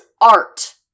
art